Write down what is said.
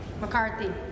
McCarthy